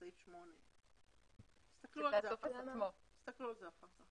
בסעיף 8. תסתכלו על זה אחר כך.